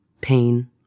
pain